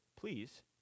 please